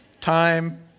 Time